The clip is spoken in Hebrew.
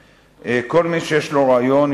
כל מי שיש לו רעיון,